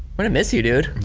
i'm gonna miss you dude.